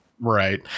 Right